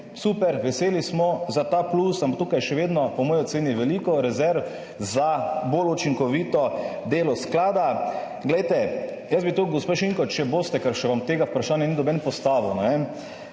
Super, veseli smo za ta plus, ampak tukaj je še vedno po moji oceni veliko rezerv za bolj učinkovito delo sklada. Glejte, jaz bi tu, gospa Šinko, če boste, ker še vam tega vprašanja ni noben postavil